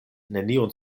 neniun